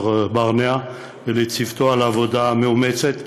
ברנע ולצוותו על העבודה המאומצת,